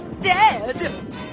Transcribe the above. dead